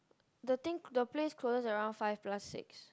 the thing the place closes at around five plus six